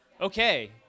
Okay